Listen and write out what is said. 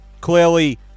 Clearly